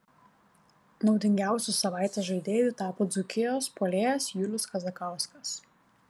naudingiausiu savaitės žaidėju tapo dzūkijos puolėjas julius kazakauskas